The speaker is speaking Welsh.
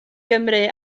gymru